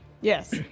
Yes